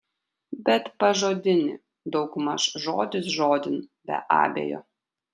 bet pažodinį daugmaž žodis žodin be abejo